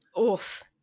Oof